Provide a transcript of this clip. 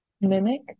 mimic